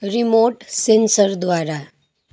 remote सेन्सरद्वारा